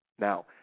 Now